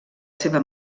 seva